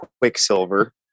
quicksilver